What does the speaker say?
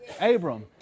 Abram